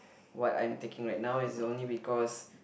what I'm taking right now is only because